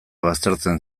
baztertzen